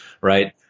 right